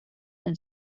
and